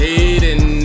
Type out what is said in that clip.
Hating